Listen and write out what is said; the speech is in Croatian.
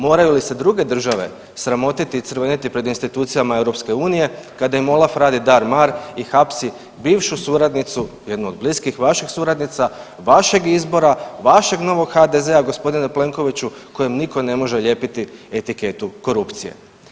Moraju li se druge države sramotiti i crveniti pred institucijama EU kada im OLAF radi dar mar i hapsi bivšu suradnicu, jedno od bliskih vaših suradnica, vašeg izbora, vašeg novog HDZ-a, g. Plenkoviću, kojem nitko ne može olijepiti etiketu korupcije?